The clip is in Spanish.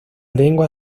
lengua